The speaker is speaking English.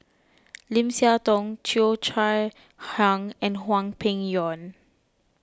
Lim Siah Tong Cheo Chai Hiang and Hwang Peng Yuan